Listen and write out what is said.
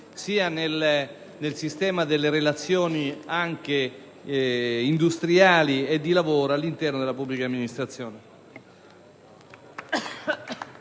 nel sistema delle relazioni anche industriali e di lavoro all'interno della pubblica amministrazione.